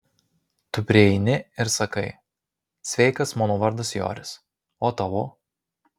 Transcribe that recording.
tu prieini ir sakai sveikas mano vardas joris o tavo